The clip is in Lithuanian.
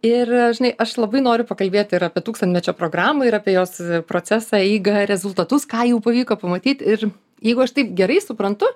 ir žinai aš labai noriu pakalbėti ir apie tūkstantmečio programą ir apie jos procesą eigą rezultatus ką jau pavyko pamatyti ir jeigu aš taip gerai suprantu